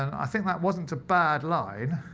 i think that wasn't a bad line.